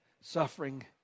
suffering